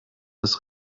das